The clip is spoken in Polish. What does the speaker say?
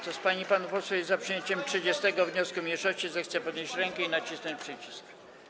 Kto z pań i panów posłów jest za przyjęciem 30. wniosku mniejszości, zechce podnieść rękę i nacisnąć przycisk.